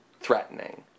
threatening